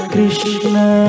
Krishna